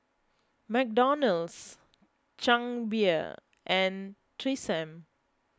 McDonald's Chang Beer and Tresemme